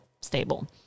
stable